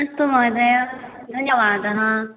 अस्तु महोदय धन्यवादः